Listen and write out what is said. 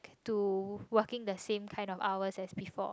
to working the same kinds of hours as before